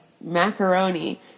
macaroni